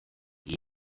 iyi